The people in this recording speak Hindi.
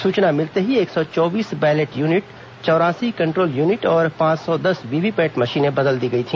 सूचना मिलते ही एक सौ चौबीस बैलेट यूनिट चौरासी कंट्रोल यूनिट और पांच सौ दस वीवीपैट मशीनें बदल दी गई है